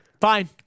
fine